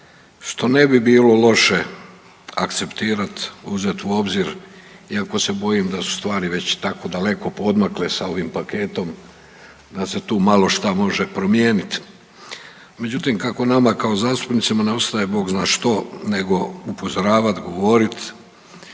što ne bi bilo loše akceptirat, uzet u obzir iako se bojim da su stvari već tako daleko poodmakle sa ovim paketom da se tu malo šta može promijenit. Međutim, kako nama kao zastupnicima ne ostaje Bog zna što nego upozoravat, govorit